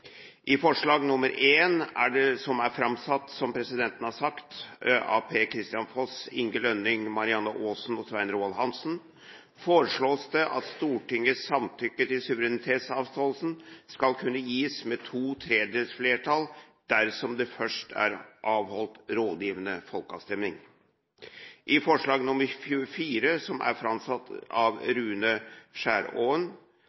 I forslag nr. 1, som er framsatt av Per-Kristian Foss, Inge Lønning, Marianne Aasen og Svein Roald Hansen, foreslås det at Stortingets samtykke til suverenitetsavståelse skal kunne gis med to tredjedels flertall dersom det først er avholdt rådgivende folkeavstemning. I forslag nr. 24, som er framsatt av